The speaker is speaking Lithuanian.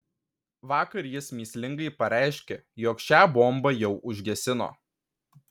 vakar jis mįslingai pareiškė jog šią bombą jau užgesino